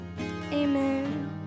amen